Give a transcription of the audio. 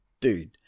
dude